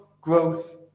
growth